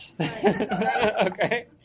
Okay